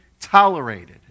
tolerated